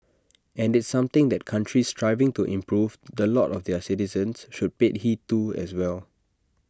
and it's something that countries striving to improve the lot of their citizens should pay heed to as well